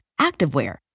activewear